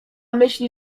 myśli